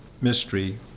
mystery